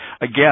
again